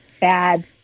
bad